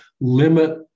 limit